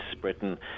Britain